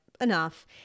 enough